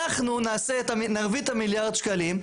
אנחנו נעשה, נביא את המיליארד שקלים.